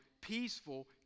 peaceful